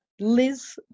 Liz